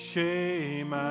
shame